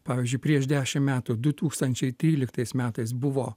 pavyzdžiui prieš dešim metų du tūkstančiai tryliktais metais buvo